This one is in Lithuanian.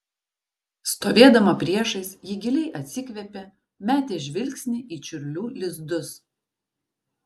stovėdama priešais ji giliai atsikvėpė metė žvilgsnį į čiurlių lizdus